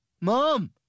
Mom